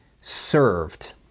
served